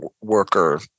worker